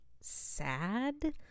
sad